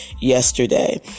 yesterday